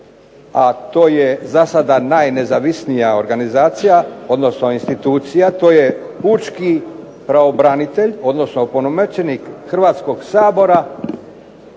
a to je za sada najnezavisnija institucija to je Pučki pravobranitelj odnosno opunomoćenih Hrvatskog sabora